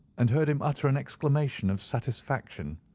and heard him utter an exclamation of satisfaction.